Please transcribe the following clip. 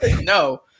no